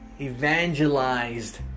evangelized